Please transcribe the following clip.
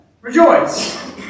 rejoice